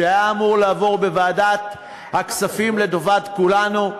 שהיה אמור לעבור בוועדת הכספים לטובת כולנו,